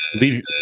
leave